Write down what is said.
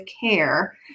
care